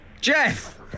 Jeff